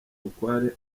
bukware